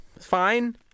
Fine